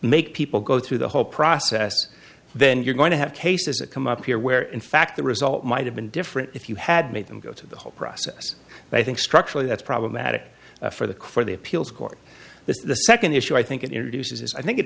make people go through the whole process then you're going to have cases that come up here where in fact the result might have been different if you had made them go to the whole process but i think structurally that's problematic for the crew the appeals court this is the second issue i think it i